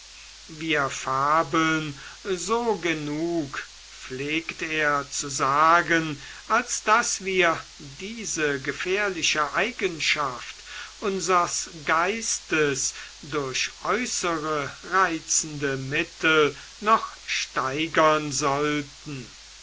wir fabeln so genug pflegt er zu sagen als daß wir diese gefährliche eigenschaft unsers geistes durch äußere reizende mittel noch steigern sollten